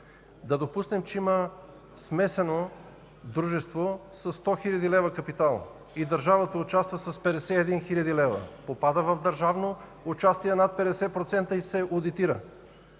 Да допуснем, че има смесено дружество с 100 хил. лв. капитал и държавата участва с 51 хил. лв. Попада в държавно участие над 50% и се одитира.